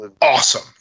awesome